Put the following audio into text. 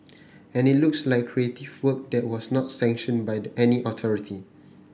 and it looks like creative work that was not sanctioned by any authority